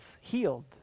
healed